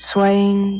Swaying